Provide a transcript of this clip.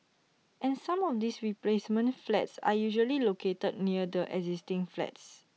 and some of these replacement flats are usually located near the existing flats